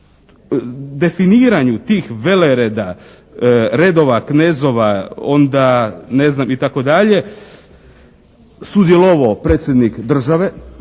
definiranju tih velereda, redova, knezova, onda ne znam i tako dalje, sudjelovao predsjednik države.